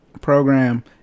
program